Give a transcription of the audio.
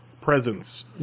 presence